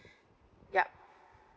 yup